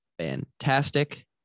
fantastic